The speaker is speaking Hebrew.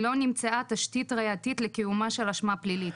לא נמצאה תשתית ראייתית לקיומה של אשמה פלילית.